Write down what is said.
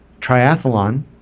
triathlon